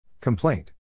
Complaint